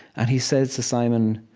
and he says to simon,